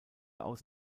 aus